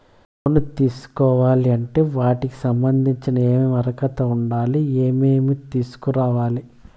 లోను తీసుకోవాలి అంటే వాటికి సంబంధించి ఏమి అర్హత ఉండాలి, ఏమేమి తీసుకురావాలి